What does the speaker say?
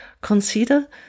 Consider